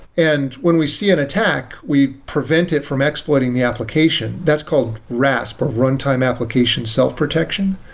and when we see an attack, we prevent it from exploiting the application. that's called rasp, or runtime application self-protection.